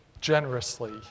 generously